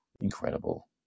incredible